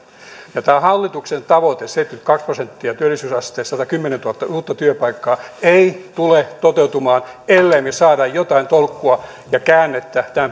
tämä hallituksen tavoite seitsemänkymmenenkahden prosentin työllisyysaste satakymmentätuhatta uutta työpaikkaa ei tule toteutumaan ellemme me saa jotain tolkkua ja käännettä